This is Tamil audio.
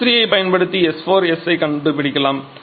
s3 ஐப் பயன்படுத்தி நாம் s4s ஐ கண்டுபிடிக்கலாம்